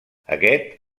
aquest